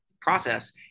process